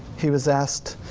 he was asked,